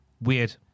Weird